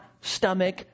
stomach